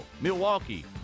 Milwaukee